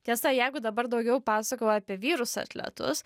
tiesa jeigu dabar daugiau pasakoju apie vyrus atletus